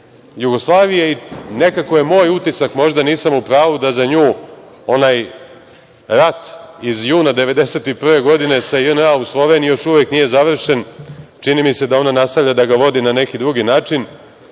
u sastavu SFRJ i nekako je moj utisak, možda nisam u pravu, da za nju onaj rat iz juna 1991. godine sa JNA u Sloveniji još uvek nije završen. Čini mi se da ona nastavlja da ga vodi na neki drugi način,